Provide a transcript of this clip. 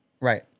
right